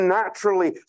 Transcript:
naturally